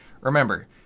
remember